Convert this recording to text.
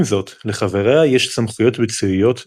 עם זאת, לחבריה יש סמכויות ביצועיות נרחבות.